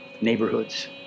neighborhoods